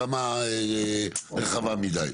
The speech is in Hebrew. ברמה רחבה מידי.